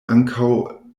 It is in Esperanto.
ankaŭ